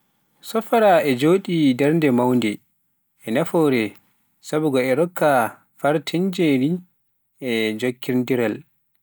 Safaara e jogii darnde mawnde e nafoore, sibuga e rokka fartaŋŋeeji e jokkondiral